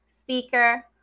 speaker